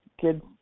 kids